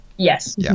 Yes